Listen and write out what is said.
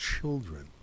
children